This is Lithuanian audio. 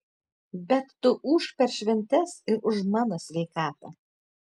bet tu ūžk per šventes ir už mano sveikatą